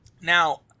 Now